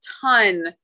ton